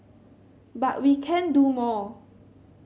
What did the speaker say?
but we can do more